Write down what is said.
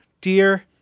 Dear